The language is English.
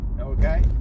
okay